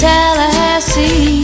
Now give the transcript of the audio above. Tallahassee